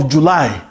July